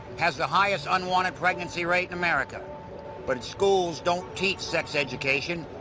has the highest unwanted pregnancy rate in america but schools don't teach sex education,